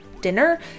dinner